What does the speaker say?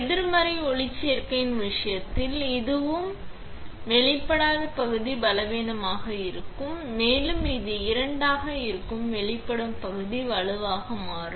எதிர்மறை ஒளிச்சேர்க்கையின் விஷயத்தில் இதுவும் இதுவும் இருக்கும் வெளிப்படாத பகுதி பலவீனமாக இருக்கும் மேலும் இது இரண்டாக இருக்கும் வெளிப்படும் பகுதி வலுவாக மாறும்